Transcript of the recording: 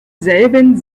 selben